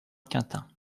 quintin